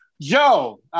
Joe